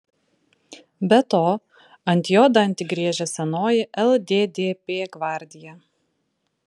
be to ant jo dantį griežia senoji lddp gvardija